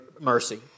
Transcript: mercy